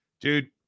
dude